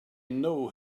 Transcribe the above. know